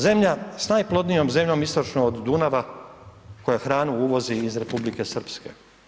Zemlja sa najplodnijom zemljom istočno od Dunava koja hranu uvozi iz Republike Srpske.